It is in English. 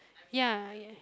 ya